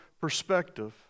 perspective